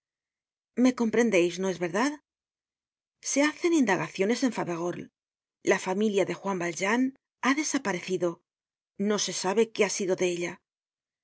me comprendeis no es verdad se hacen indagaciones en faverolles la familia de juan valjean ha desaparecido no se sabe qué ha sido de ella